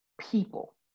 people